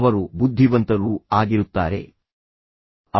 ಅವರು ಬುದ್ಧಿವಂತರೂ ಆಗಿರುತ್ತಾರೆ ಅವರೂ ಸಂತೋಷವಾಗಿರುತ್ತಾರೆ